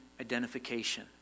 identification